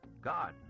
God